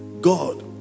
God